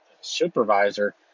supervisor